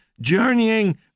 journeying